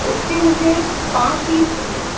उसके मुझे पाँच पीस चाहिए